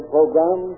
program